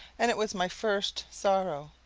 and it was my first sorrow.